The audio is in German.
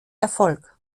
erfolg